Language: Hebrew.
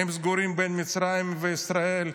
הם סגורים בין מצרים לישראל,